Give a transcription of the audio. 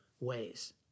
ways